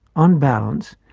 on balance,